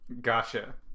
Gotcha